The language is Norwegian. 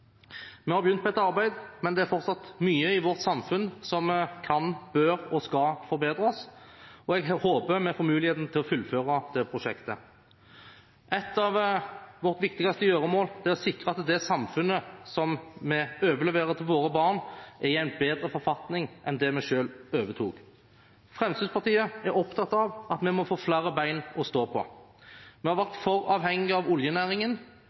Vi har begynt på et arbeid, men det er fortsatt mye i vårt samfunn som kan, bør og skal forbedres, og jeg håper vi får muligheten til å fullføre det prosjektet. Et av våre viktigste gjøremål er å sikre at det samfunnet som vi overleverer til våre barn, er i en bedre forfatning enn det vi selv overtok. Fremskrittspartiet er opptatt av at vi må få flere ben å stå på. Vi har vært for avhengige av oljenæringen,